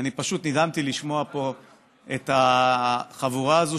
אני פשוט נדהמתי לשמוע פה את החבורה הזאת,